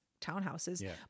townhouses